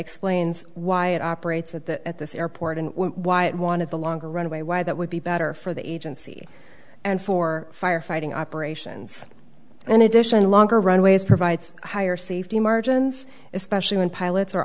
explains why it operates at the at this airport and why it wanted the longer runway why that would be better for the agency and for firefighting operations and edition longer runways provides higher safety margins especially when pilots are